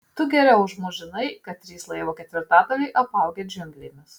tu geriau už mus žinai kad trys laivo ketvirtadaliai apaugę džiunglėmis